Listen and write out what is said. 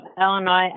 Illinois